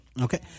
Okay